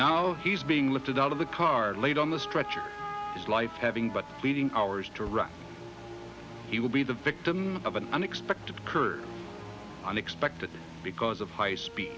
now he's being lifted out of the car laid on the stretcher his life having but bleeding hours to run he will be the victim of an unexpected curve unexpected because of high speed